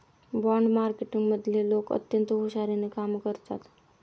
bond मार्केटमधले लोक अत्यंत हुशारीने कामं करतात